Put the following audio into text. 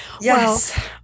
Yes